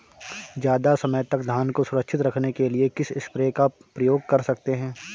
ज़्यादा समय तक धान को सुरक्षित रखने के लिए किस स्प्रे का प्रयोग कर सकते हैं?